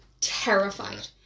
terrified